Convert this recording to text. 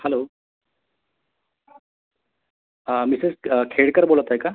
hello हां Mrs Khedkar बोलत आहे का